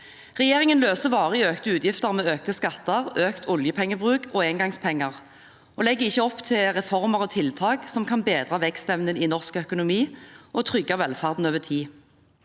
Regjeringen løser varig økte utgifter med økte skatter, økt oljepengebruk og engangspenger, og legger ikke opp til reformer og tiltak som kan bedre vekstevnen i norsk økonomi og trygge velferden over tid.